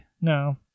No